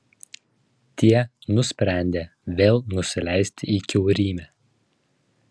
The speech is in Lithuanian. tie nusprendė vėl nusileisti į kiaurymę